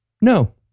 no